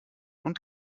und